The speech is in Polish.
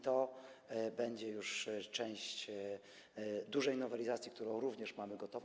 To będzie już część dużej nowelizacji, którą również mamy gotową.